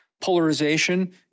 polarization